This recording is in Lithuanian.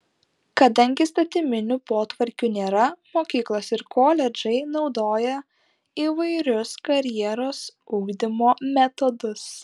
kadangi įstatyminių potvarkių nėra mokyklos ir koledžai naudoja įvairius karjeros ugdymo metodus